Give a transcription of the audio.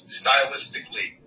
stylistically